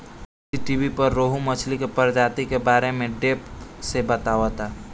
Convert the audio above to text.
बीज़टीवी पर रोहु मछली के प्रजाति के बारे में डेप्थ से बतावता